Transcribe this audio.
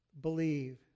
believe